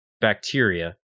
bacteria